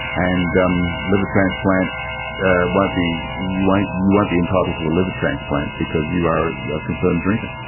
and um liver transplant ah won't be, you won't you won't be entitled to a liver transplant because you are a confirmed drinker.